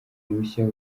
mushya